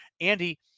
Andy